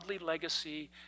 legacy